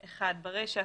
- ברישה,